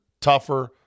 tougher